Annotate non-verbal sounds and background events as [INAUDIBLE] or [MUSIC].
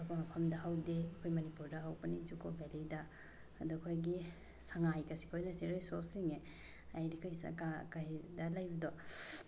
ꯑꯇꯣꯞꯄ ꯃꯐꯝꯗ ꯍꯧꯗꯦ ꯑꯩꯈꯣꯏ ꯃꯅꯤꯄꯨꯔꯗ ꯍꯧꯕꯅꯤ ꯖꯨꯀꯣ ꯕꯦꯜꯂꯤꯗ ꯑꯗꯨ ꯑꯩꯈꯣꯏꯒꯤ ꯁꯉꯥꯏꯒꯁꯦ ꯑꯩꯈꯣꯏ ꯅꯦꯆꯔꯦꯜ ꯔꯤꯁꯣꯔꯁ ꯆꯤꯡꯉꯦ ꯍꯥꯏꯗꯤ ꯑꯩꯈꯣꯏ [UNINTELLIGIBLE] ꯂꯩꯕꯗꯣ